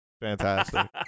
Fantastic